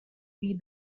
beat